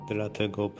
Dlatego